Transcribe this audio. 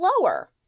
lower